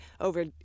over